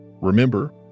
Remember